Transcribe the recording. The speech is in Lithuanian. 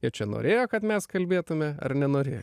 ir čia norėjo kad mes kalbėtume ar nenorėjo